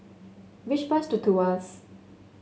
which bus to Tuas